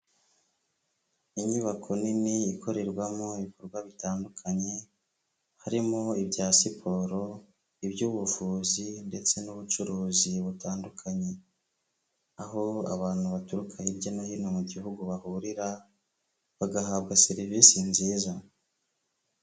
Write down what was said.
Inyubako nini ikorerwamo ibikorwa bitandukanye harimo ibya siporo iby'ubuvuzi ndetse n'ubucuruzi butandukanye, aho abantu baturuka hirya no hino mu gihugu bahurira bagahabwa serivisi nziza.